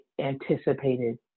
anticipated